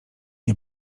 nie